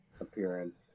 appearance